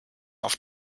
auf